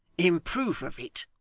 in proof of it,